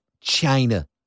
China